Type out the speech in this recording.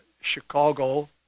Chicago